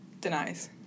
denies